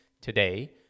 today